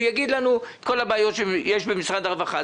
הוא יגיד לנו את כל הבעיות שיש במשרד הרווחה.